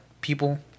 People